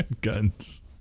Guns